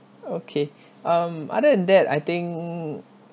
okay um other than that I think